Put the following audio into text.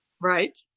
Right